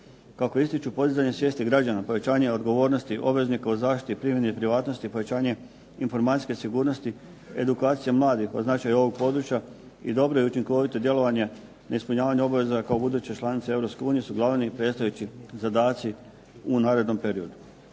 Kako ističu, podizanje svijesti građana, povećanje odgovornosti obveznika o zaštiti primjeni i privatnosti, povećanja informacijske sigurnosti, edukacija mladih o značaju ovog područja i dobro i učinkovito djelovanje na ispunjavanje obaveza kao buduće članice EU su glavni i predstojeći zadaci u narednom periodu.